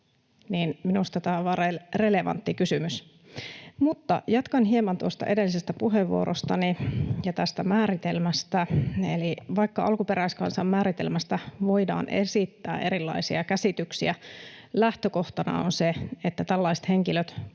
Minusta tämä on aivan relevantti kysymys. Jatkan hieman edellisestä puheenvuorostani ja tästä määritelmästä: Eli vaikka alkuperäiskansan määritelmästä voidaan esittää erilaisia käsityksiä, lähtökohtana on se, että tällaiset henkilöt